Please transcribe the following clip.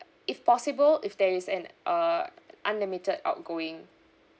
if possible if there is an uh unlimited outgoing